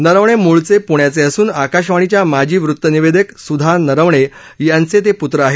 नरवणे मूळचे प्ण्याचे असून आकाशवाणीच्या माजी वृतनिवेदक सुधा नरवणे यांचे ते प्त्र आहेत